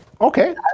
okay